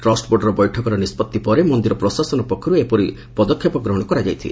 trust board ବୈଠକର ନିଷ୍ଟଭି ପରେ ମନ୍ଦିର ପ୍ରଶାସନ ପକ୍ଷର୍ ଏପରି ପଦକ୍ଷେପ ଗ୍ରହଶ କରାଯାଇଛି